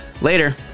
later